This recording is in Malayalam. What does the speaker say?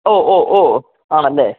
ഓ ഓ ഓ ആണല്ലെ